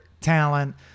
talent